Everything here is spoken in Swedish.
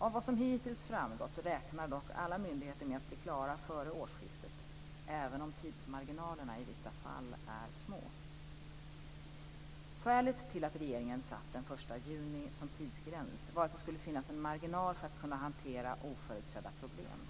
Av vad som hittills framgått räknar dock alla myndigheter med att bli klara före årsskiftet, även om tidsmarginalerna i vissa fall är små. Skälet till att regeringen satt den 1 juni som tidsgräns var att det skulle finnas en marginal för att kunna hantera oförutsedda problem.